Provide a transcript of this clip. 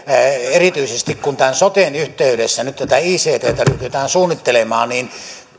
erityisesti kun tämän soten yhteydessä nyt tätä icttä ryhdytään suunnittelemaan niin